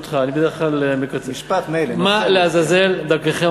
מה לעזאזל, לא, חבר הכנסת כהן.